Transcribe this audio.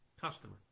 customer